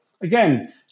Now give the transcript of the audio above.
again –